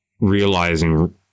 realizing